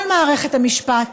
כל מערכת המשפט,